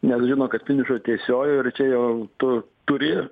nes žino kad finišo tiesioji ir čia jau tu turi